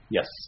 Yes